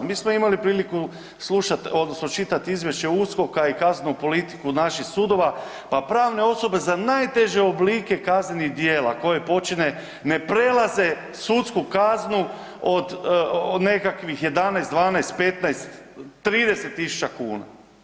Mi smo imali priliku slušati, odnosno čitati izvješće USKOK-a i kaznenu politiku naših sudova, pa pravne osobe za najteže oblike kaznenih djela koje počine ne prelaze sudsku kaznu od nekakvih 11, 12, 15, 30 000 kuna.